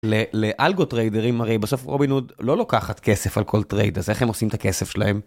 לאלגו טריידרים, הרי בסוף רובינהוד לא לוקחת כסף על כל טרייד, אז איך הם עושים את הכסף שלהם?